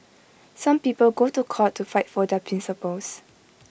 some people go to court to fight for their principles